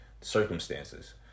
circumstances